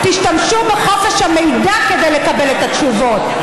תשתמשו בחופש המידע כדי לקבל את התשובות.